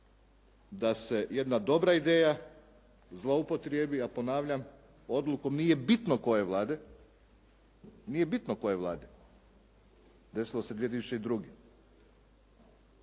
da se jedna dobra ideja zloupotrijebi, a ponavljam, odlukom nije bitno koje Vlade, nije bitno koje Vlade, desilo se 2002.